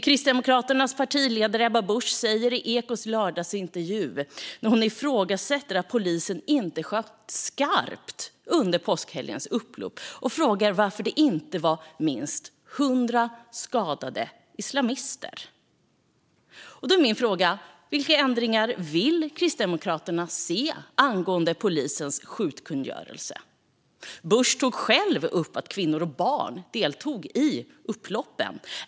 Kristdemokraternas partiledare Ebba Busch ifrågasätter i Ekots lördagsintervju att polisen inte sköt skarpt under påskhelgens upplopp och undrar varför det inte var minst 100 skadade islamister. Vilka förändringar vill Kristdemokraterna se angående polisens skjutkungörelse? Busch tog själv upp att kvinnor och barn deltog i upploppen.